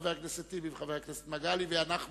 חבר הכנסת טיבי וחבר הכנסת מגלי והבה.